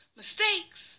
mistakes